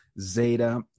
Zeta